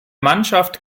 mannschaft